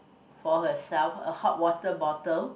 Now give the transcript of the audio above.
for herself a hot water bottle